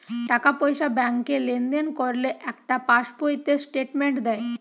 টাকা পয়সা ব্যাংকে লেনদেন করলে একটা পাশ বইতে স্টেটমেন্ট দেয়